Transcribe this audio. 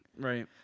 right